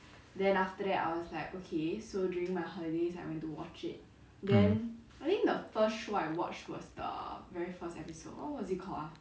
mm